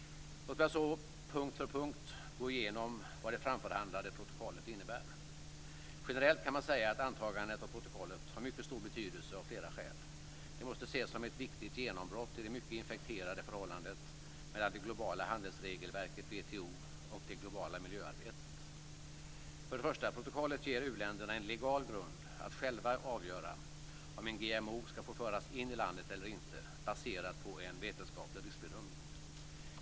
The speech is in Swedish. Låt mig så punkt för punkt gå igenom vad det framförhandlade protokollet innebär. Generellt kan man säga att antagandet av protokollet har mycket stor betydelse av flera skäl. Det måste ses som ett viktigt genombrott i det mycket infekterade förhållandet mellan det globala handelsregelverket WTO och det globala miljöarbetet. För det första ger protokollet u-länderna en legal grund att själva avgöra om en GMO ska få föras in i landet eller inte, baserad på en vetenskaplig riskbedömning.